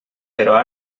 però